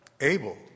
Abel